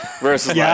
versus